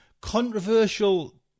controversial